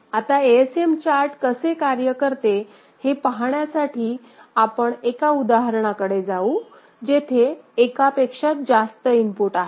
आता ASM chart कसे कार्य करते हे पाहण्यासाठी आपण एका उदाहरणाकडे जाऊ जेथे एकापेक्षा जास्त इनपुट आहेत